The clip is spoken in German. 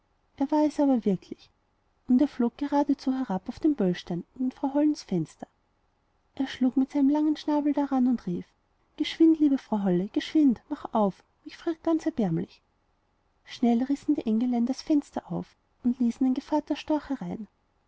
er war es aber wirklich und er flog geradezu herauf auf den böllstein und an frau hollens fenster er schlug mit seinem langen schnabel daran und rief geschwind liebe frau holle geschwind macht auf mich friert ganz erbärmlich schnell rissen die engelein das fenster auf und ließen den gevatter storch herein